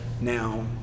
now